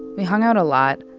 we hung out a lot.